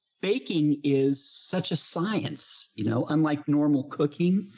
baking is such a science, you know, unlike normal cooking,